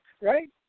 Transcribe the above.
Right